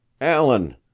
Alan